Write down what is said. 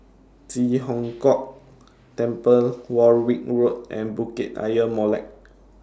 Ji Hong Kok Temple Warwick Road and Bukit Ayer Molek